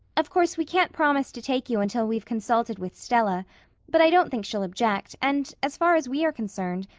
of course we can't promise to take you until we've consulted with stella but i don't think she'll object, and, as far as we are concerned,